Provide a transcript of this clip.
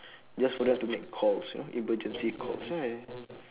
just for them to make calls you know emergency calls ya ya